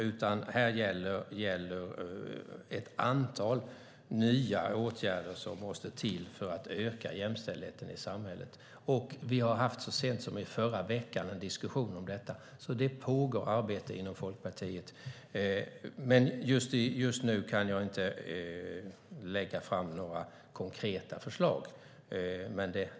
Det måste till ett antal nya åtgärder för att öka jämställdheten i samhället. Vi hade så sent som i förra veckan en diskussion om detta. Det pågår alltså ett arbete inom Folkpartiet. Just nu kan jag inte lägga fram några konkreta förslag.